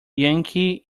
yankee